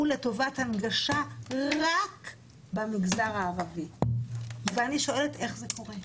לטובת הנגשה רק במגזר הערבי ואני שואלת: איך זה קורה?